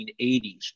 1980s